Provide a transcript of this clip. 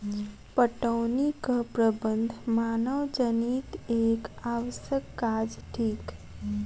पटौनीक प्रबंध मानवजनीत एक आवश्यक काज थिक